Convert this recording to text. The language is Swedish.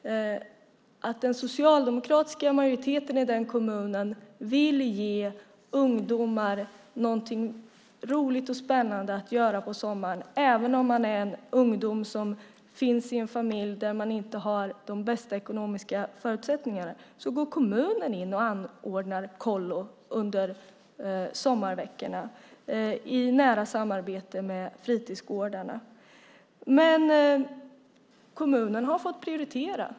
Den socialdemokratiska majoriteten i kommunen vill ge ungdomar någonting roligt och spännande att göra på sommaren, även ungdomar i familjer där man inte har de bästa ekonomiska förutsättningarna. Kommunen går in och anordnar kollo under sommarveckorna i nära samarbete med fritidsgårdarna. Men kommunen har fått prioritera.